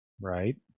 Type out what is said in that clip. Right